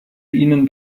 ihnen